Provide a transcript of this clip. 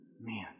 Man